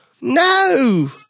No